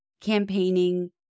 campaigning